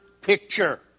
picture